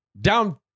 down